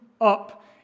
up